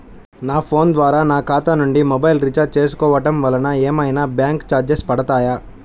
నా ఫోన్ ద్వారా నా ఖాతా నుండి మొబైల్ రీఛార్జ్ చేసుకోవటం వలన ఏమైనా బ్యాంకు చార్జెస్ పడతాయా?